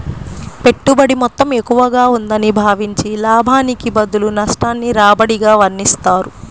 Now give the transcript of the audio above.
పెట్టుబడి మొత్తం ఎక్కువగా ఉందని భావించి, లాభానికి బదులు నష్టాన్ని రాబడిగా వర్ణిస్తారు